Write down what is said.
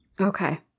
Okay